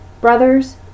Brothers